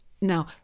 Now